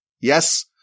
Yes